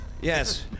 Yes